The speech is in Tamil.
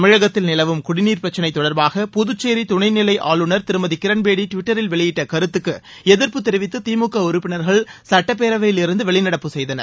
தமிழகத்தில் நிலவும் குடிநீர் பிரச்சினை தொடர்பாக புதுச்சேரி துணை நிலை ஆளுநர் திருமதி கிரண்பேடி டுவிட்டரில் வெளியிட்ட கருத்துக்கு எதிர்ப்பு தெரிவித்து திமுக உறுப்பினர்கள் சட்டப்பேரவையில் இருந்து வெளிநடப்பு செய்தனர்